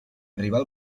arribar